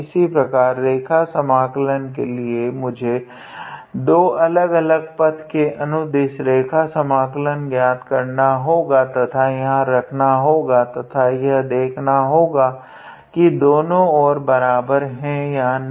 इसी प्रकार रेखा समाकलन के लिए मुझे दो अलग अलग पथ के अनुदिश रेखा समाकलन ज्ञात करना होगा तथा यहाँ रखना होगा तथा यह देखना होगा की दोनों और बराबर है या नहीं